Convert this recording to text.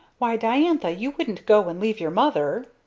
why diantha! you wouldn't go and leave your mother!